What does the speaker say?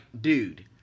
dude